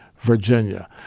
Virginia